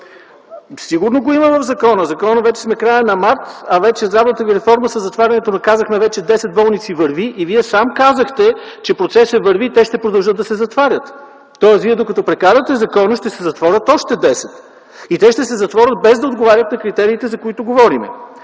Сигурно го има в закона. Ние вече сме в края на март, а здравната ви реформа със затварянето на десет болници върви и Вие сам казахте, че процесът върви и те ще продължат да се затварят. Тоест докато Вие прокарате закона, ще се затворят още десет болници и те ще се затворят, без да отговарят на критериите, за които говорим.